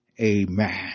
Amen